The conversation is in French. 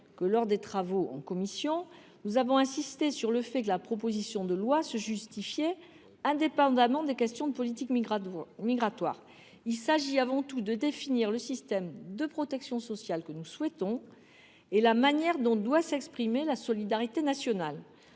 que, lors des travaux en commission, nous avons insisté sur le fait que la proposition de loi se justifiait indépendamment des questions de politique migratoire. Il s’agit avant tout de définir le système de protection sociale que nous souhaitons et la manière dont doit s’exprimer la solidarité nationale.